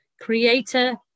creator